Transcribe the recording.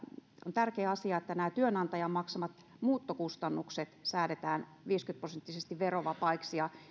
on tärkeä asia että nämä työnantajan maksamat muuttokustannukset säädetään viisikymmentä prosenttisesti verovapaiksi